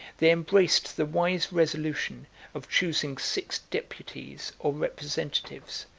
they embraced the wise resolution of choosing six deputies or representatives,